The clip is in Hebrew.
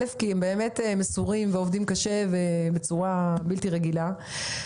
אלה באמת אנשים מסורים שעובדים קשה בצורה בלתי רגילה,